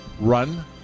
run